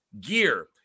gear